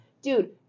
Dude